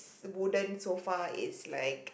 wooden sofa is like